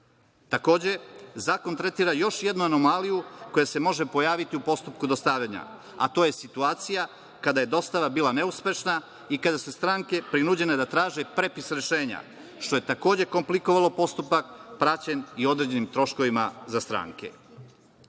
predmet. Takođe, zakon tretira još jednu anomaliju koja se može pojaviti u postupku dostavljanja, a to je situacija kada je dostava bila neuspešna i kada su stranke prinuđene da traže prepis rešenja, što je takođe komplikovalo postupak, praćen i određenim troškovima za